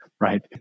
Right